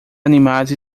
animados